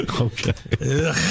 Okay